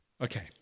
Okay